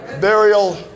burial